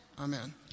Amen